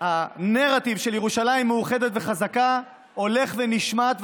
הנרטיב של ירושלים מאוחדת וחזקה הולך ונשמט,